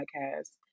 podcast